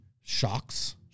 shocks